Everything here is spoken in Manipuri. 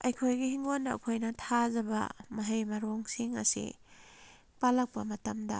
ꯑꯩꯈꯣꯏꯒꯤ ꯍꯤꯡꯒꯣꯜꯗ ꯑꯩꯈꯣꯏꯅ ꯊꯥꯖꯕ ꯃꯍꯩ ꯃꯔꯣꯡꯁꯤꯡ ꯑꯁꯤ ꯄꯥꯜꯂꯛꯄ ꯃꯇꯝꯗ